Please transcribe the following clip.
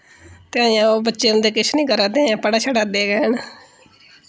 ते अजें ओ बच्चे उं'दे किश निं करै दे अजें पढ़ै शड़ै दे न